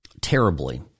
terribly